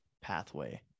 pathway